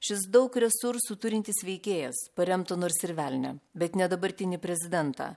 šis daug resursų turintis veikėjas paremtų nors ir velnią bet ne dabartinį prezidentą